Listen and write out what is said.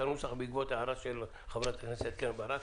הנוסח בעקבות ההערה של חברת הכנסת קרן ברק,